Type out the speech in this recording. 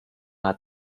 hat